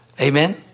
Amen